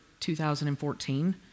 2014